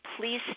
please